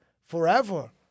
forever